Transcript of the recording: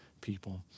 people